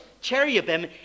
cherubim